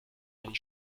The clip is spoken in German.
einen